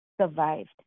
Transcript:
survived